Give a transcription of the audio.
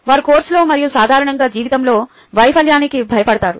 వారు కోర్సులో మరియు సాధారణంగా జీవితంలో వైఫల్యానికి భయపడతారు